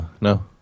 No